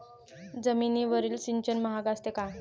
जमिनीवरील सिंचन महाग असते का?